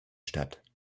statt